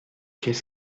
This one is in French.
qu’est